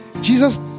Jesus